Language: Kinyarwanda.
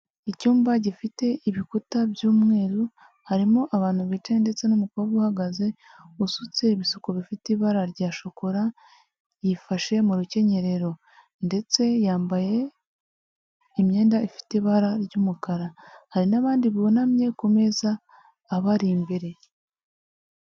Icyumba gifite ibikuta by'umweru, harimo abantu bicaye ndetse n'umukobwa uhagaze usutse ibisuko bifite ibara rya shokora, yifashe mu rukenyerero ndetse yambaye imyenda ifite ibara ry'umukara. Hari n'abandi bunamye ku meza abari imbere.